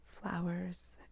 flowers